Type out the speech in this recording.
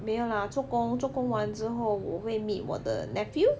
没有啦做工做工完之后我会 meet 我的 nephew